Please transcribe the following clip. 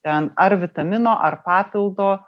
ten ar vitamino ar papildo